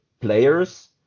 players